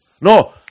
No